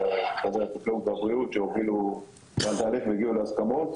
החקלאות והבריאות שהובילו את התהליך והגיעו להסכמות.